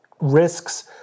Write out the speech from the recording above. risks